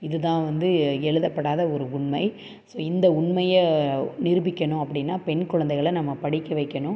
இதுதான் வந்து எழுதப்படாத ஒரு உண்மை ஸோ இந்த உண்மையை நிரூபிக்கணும் அப்படின்னா பெண் குழந்தைகளை நம்ம படிக்க வைக்கணும்